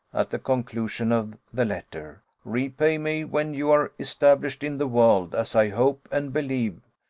at the conclusion of the letter, repay me when you are established in the world as i hope and believe,